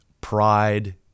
pride